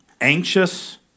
anxious